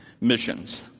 missions